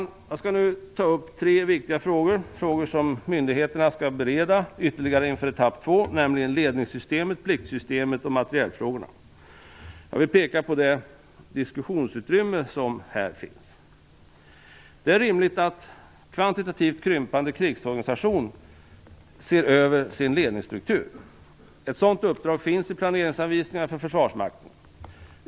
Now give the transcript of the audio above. Jag skall nu ta upp tre viktiga frågor - frågor som myndigheterna skall bereda ytterligare inför etapp 2 - nämligen ledningssystemet, pliktsystemet och materielfrågorna. Jag vill peka på det diskussionsutrymme som här finns. Det är rimligt att en kvantitativt krympande krigsorganisation ser över sin ledningsstruktur. Ett sådant uppdrag finns i planeringsanvisningarna för Försvarsmakten.